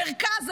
מרכז,